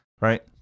right